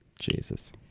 Jesus